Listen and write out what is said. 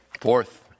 Fourth